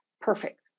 perfect